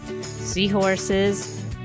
seahorses